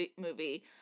movie